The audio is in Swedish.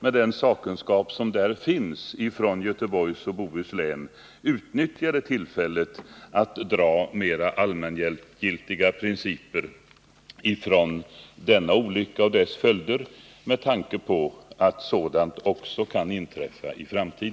med den sakkunskap som den har med avseende på Göteborgs och Bohus län, utnyttjade tillfället att dra mera allmängiltiga slutsatser av denna olycka och dess följder, eftersom sådana olyckor ju också kan inträffa i framtiden?